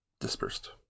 Dispersed